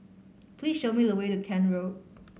please show me the way to Kent Road